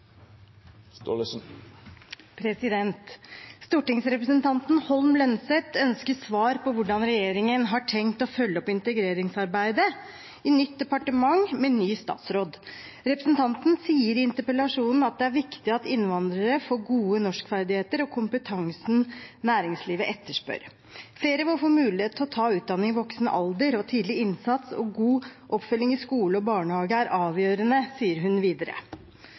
norsk. Stortingsrepresentanten Holm Lønseth ønsker svar på hvordan regjeringen har tenkt å følge opp integreringsarbeidet i nytt departement med ny statsråd. Representanten sier i interpellasjonen at det er viktig at innvandrere får gode norskferdigheter og kompetansen næringslivet etterspør. Flere må få mulighet til å ta utdanning i voksen alder, og tidlig innsats og god oppfølging i skole og barnehage er avgjørende, sier hun videre.